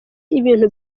ibintu